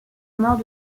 mort